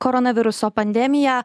koronaviruso pandemiją